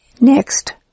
Next